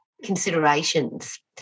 considerations